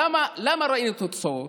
למה ראינו תוצאות?